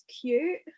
cute